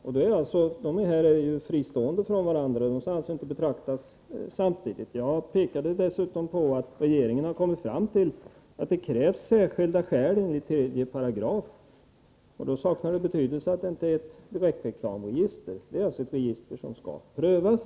Registren är fristående från varandra, och de skall alltså inte betraktas samtidigt. Jag pekade dessutom på att regeringen kommit fram till att det krävs särskilda skäl enligt 3 §. Det saknar betydelse att det inte är ett direktreklamregister. Det är ett register som skall prövas.